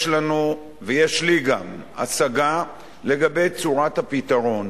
יש לנו, ויש לי, גם, השגה לגבי צורת הפתרון.